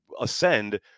ascend